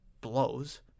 blows